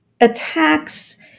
attacks